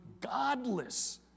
godless